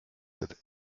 cet